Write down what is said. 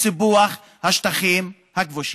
בסיפוח השטחים הכבושים.